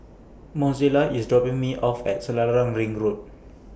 Mozella IS dropping Me off At Selarang Ring Road